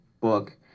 book